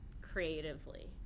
creatively